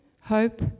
hope